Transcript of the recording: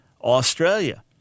Australia